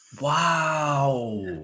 Wow